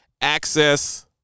access